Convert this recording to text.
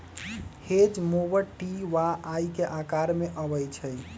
hedge mower T आ Y के अकार में अबई छई